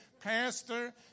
Pastor